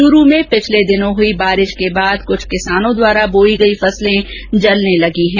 चूरु में पिछले दिनों हई बारिश के बाद कृछ किसानों द्वारा बोई गई फसलें जलने लगी हैं